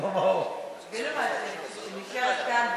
וילמה שנשארת כאן.